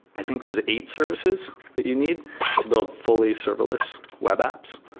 i think there's eight services that you need to build fully serverless web apps.